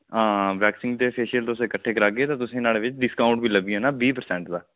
हां वैक्सिंग ते फेशिअल तुस किट्ठी करागे तां तुसे नुहाड़े बिच डिस्काऊंट बी लब्भी जाना बीह् परसैंट दा